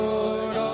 Lord